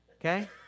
Okay